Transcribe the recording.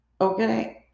okay